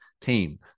team